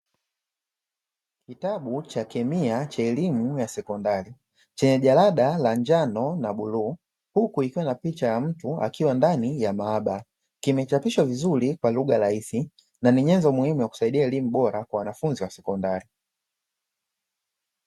Kitabu cha kemia cha elimu ya sekondari, chenye jalada la njano na bluu, huku likiwa na picha ya mtu akiwa ndani ya maabara. Kimechapishwa vizuri kwa lugha rahisi na ni nyenzo muhimu ya kusaidia elimu bora kwa wanafunzi wa sekondari.